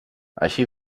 així